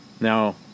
Now